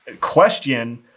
question